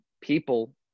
people